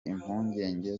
impungenge